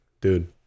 Dude